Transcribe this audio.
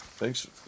Thanks